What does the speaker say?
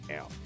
out